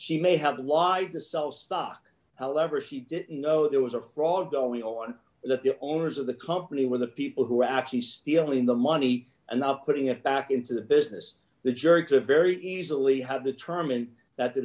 she may have lied to sell stock however she didn't know there was a fraud going on and that the owners of the company were the people who are actually stealing the money and not putting it back into the business the jury to very easily have determined that the